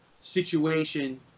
situation